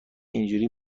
اینجوری